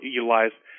utilized